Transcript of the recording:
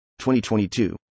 2022